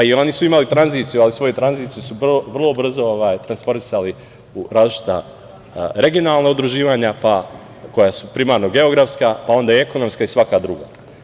I oni su imali tranziciju, ali svoju tranziciju su vrlo brzo transformisali u različita regionalna udruživanja koja su primarno geografska, pa onda ekonomska i svaka druga.